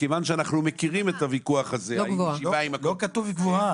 מכיוון שאנחנו מכירים את הוויכוח הזה -- לא כתוב "גבוהה",